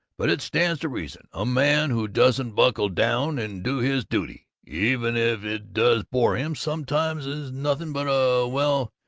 but it stands to reason a man who doesn't buckle down and do his duty, even if it does bore him sometimes, is nothing but a well,